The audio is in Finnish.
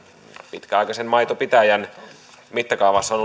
pitkäaikaisen maitopitäjän mittakaavassa on